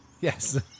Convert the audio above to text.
Yes